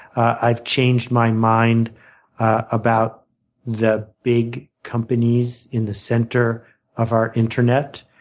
i've changed my mind about the big companies in the center of our internet.